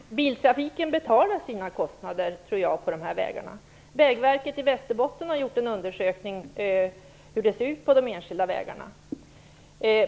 Fru talman! Jag tror att biltrafiken betalar sina kostnader för dessa vägar. Vägverket i Västerbotten har gjort en undersökning av hur det ser ut på de enskilda vägarna.